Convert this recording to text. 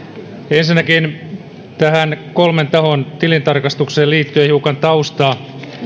ensinnäkin tähän kolmen tahon tilintarkastukseen liittyen hiukan taustaa